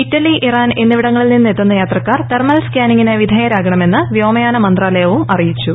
Italy Iran എന്നിവിടങ്ങളിൽ നിങ്ങെത്തുന്ന യാത്രക്കാർ തെർമൽ സ്കാനിംഗിന് വിധേയരാകണമെന്ന് വ്യോമയാന മന്ത്രാലയവും അറിയിച്ചു